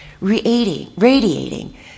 radiating